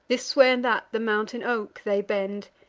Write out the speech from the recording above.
this way and that the mountain oak they bend,